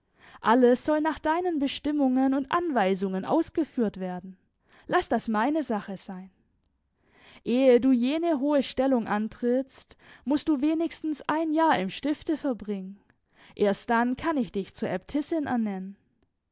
alles soll nach deinen bestimmungen und anweisungen ausgeführt werden laß das meine sache sein ehe du jene hohe stellung antrittst mußt du wenigstens ein jahr im stifte verbringen erst dann kann ich dich zur äbtissin ernennen